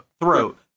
throat